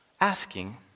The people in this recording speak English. asking